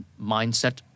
mindset